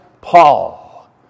Paul